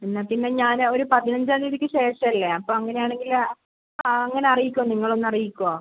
എന്നാൽ പിന്നെ ഞാൻ ഒരു പതിനഞ്ചാം തീയതിക്ക് ശേഷം അല്ലേ അപ്പം അങ്ങനെ ആണെങ്കിൽ ആ അങ്ങനെ അറിയിക്കുവോ നിങ്ങൾ ഒന്ന് അറിയിക്കുവോ